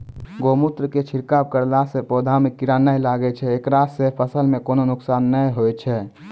गोमुत्र के छिड़काव करला से पौधा मे कीड़ा नैय लागै छै ऐकरा से फसल मे कोनो नुकसान नैय होय छै?